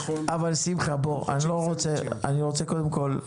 אבל, שמחה, אני רוצה קודם כל,